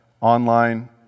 online